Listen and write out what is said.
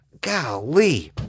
Golly